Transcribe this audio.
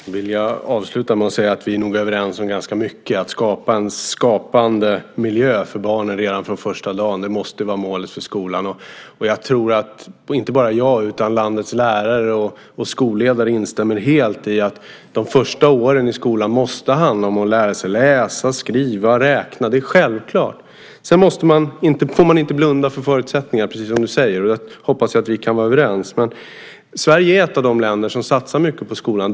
Fru talman! Jag vill avsluta med att säga att vi nog är överens om ganska mycket. Att redan från första dagen inrätta en skapande miljö för barnen måste vara målet för skolan. Jag, liksom även landets lärare och skolledare, instämmer helt i att de första åren i skolan måste handla om att lära sig att läsa, skriva och räkna. Det är självklart. Sedan får man inte blunda för förutsättningarna, precis som Ana Maria Narti säger. Det hoppas jag att vi kan vara överens om. Sverige är ett av de länder som satsar mycket på skolan.